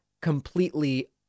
completely